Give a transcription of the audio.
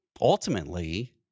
Ultimately